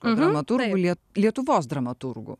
tų dramaturgų lie lietuvos dramaturgų